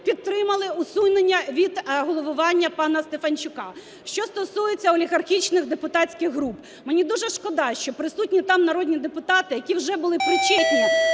підтримали усунення від головування пана Стефанчука. Що стосується олігархічних депутатських груп. Мені дуже шкода, що присутні там народні депутати, які вже були причетні